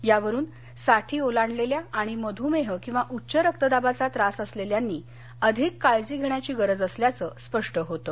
यावरून साठी ओलांडलेल्या आणि मधुमेह किंवा उच्च रक्तदाबाचा त्रास असलेल्यांनी अधिक काळजी घेण्याची गरज सल्याचंच स्पष्ट होतं